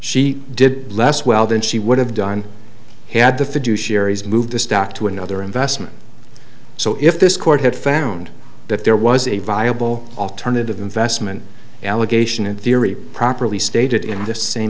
she did less well than she would have done had the fiduciary has moved the stock to another investment so if this court had found that there was a viable alternative investment allegation in theory properly stated in the same